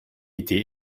été